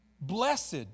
blessed